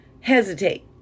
hesitate